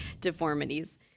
deformities